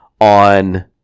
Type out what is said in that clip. on